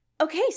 Okay